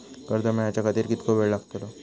कर्ज मेलाच्या खातिर कीतको वेळ लागतलो?